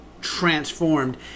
transformed